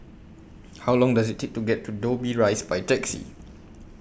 How Long Does IT Take to get to Dobbie Rise By Taxi